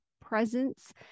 presence